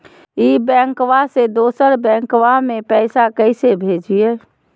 ई बैंकबा से दोसर बैंकबा में पैसा कैसे भेजिए?